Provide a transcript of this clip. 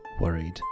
worried